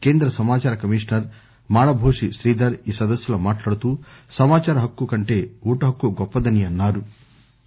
కేంద్ర సమాచార కమిషనర్ మాడభూషి శ్రీధర్ ఈ సదస్సు లో మాట్లాడుతూ సమాచార హక్కు కంటే ఓటు హక్కు గొప్పదన్నారు